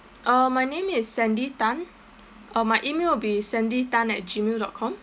uh my name is sandy tan uh my email will be sandy tan at gmail dot com